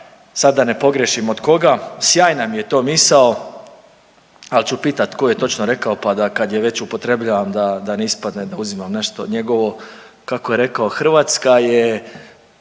sad da ne pogriješim od koga, sjajna mi je to misao, al ću pitat tko je točno rekao, pa da kad je već upotrebljavam da, da ne ispadne da uzimam nešto njegovo, kako je rekao Hrvatska je